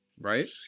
Right